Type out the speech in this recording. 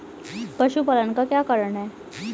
पशुपालन का क्या कारण है?